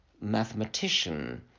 mathematician